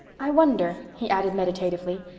i wonder, he added meditatively,